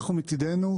אנחנו מצידנו,